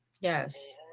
Yes